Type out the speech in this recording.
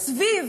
סביב